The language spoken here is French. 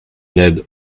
ned